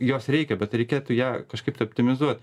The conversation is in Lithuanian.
jos reikia bet reikėtų ją kažkaip tai optimizuot